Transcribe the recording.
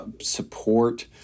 support